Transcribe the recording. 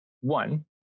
One